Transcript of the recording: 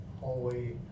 hallway